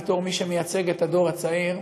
בתור מי שמייצג את הדור הצעיר,